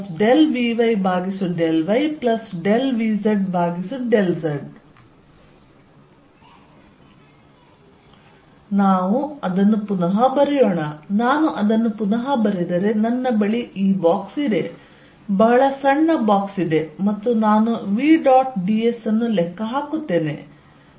vx∂xy∂yz∂zxvxyvyzvzvx∂xvy∂yvz∂z ನಾವು ಅದನ್ನು ಪುನಃ ಬರೆಯೋಣ ನಾನು ಅದನ್ನು ಪುನಃ ಬರೆದರೆ ನನ್ನ ಬಳಿ ಈ ಪೆಟ್ಟಿಗೆ ಇದೆ ಬಹಳ ಸಣ್ಣ ಪೆಟ್ಟಿಗೆ ಇದೆ ಮತ್ತು ನಾನು v ಡಾಟ್ ds ಅನ್ನು ಲೆಕ್ಕ ಹಾಕುತ್ತೇನೆ